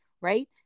right